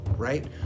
Right